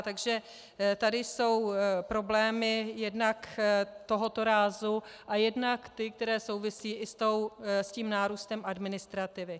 Takže tady jsou problémy jednak tohoto rázu a jednak ty, které souvisí i s tím nárůstem administrativy.